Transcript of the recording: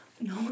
No